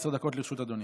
עשר דקות לרשות אדוני.